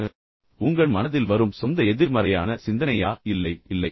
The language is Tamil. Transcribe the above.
அல்லது உங்கள் மனதில் வரும் உங்கள் சொந்த எதிர்மறையான சிந்தனையா இல்லை இல்லை